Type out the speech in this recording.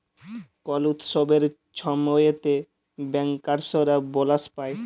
call উৎসবের ছময়তে ব্যাংকার্সরা বলাস পায়